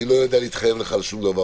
אני לא יודע להתחייב לך על שום דבר,